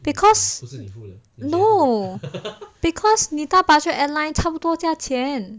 because no because 你搭 budget airline 差不多价钱